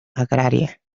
agrària